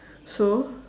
so